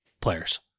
players